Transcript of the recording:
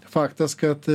faktas kad